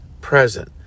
present